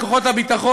בצבא, בכוחות הביטחון.